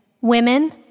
Women